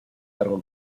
largo